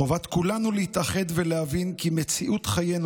חובת כולנו להתאחד ולהבין כי מציאות חיינו